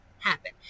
happen